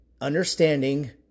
understanding